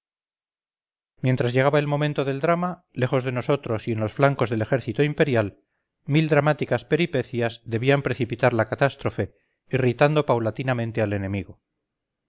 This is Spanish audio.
mientras llegaba el momento del drama lejos de nosotros y en los flancos del ejército imperial mil dramáticas peripecias debían precipitar la catástrofe irritando paulatinamente al enemigo